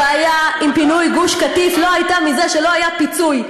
הבעיה עם פינוי גוש-קטיף לא הייתה שלא היה פיצוי.